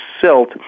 silt